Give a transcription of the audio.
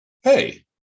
Hey